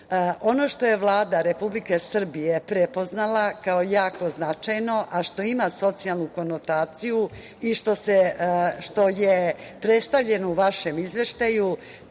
što je Vlada Republike Srbije prepoznala kao jako značajno, a što ima socijalnu konotaciju i što je predstavljeno u vašem izveštaju